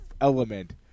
element